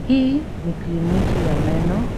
Hii ni kliniki ya meno.